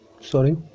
sorry